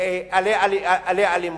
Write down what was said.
לאלימות,